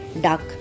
duck